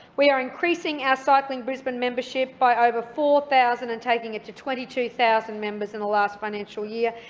we are increasing our cycling brisbane membership by over four thousand and taking it to twenty two thousand members in the last financial year,